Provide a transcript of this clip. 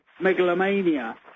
megalomania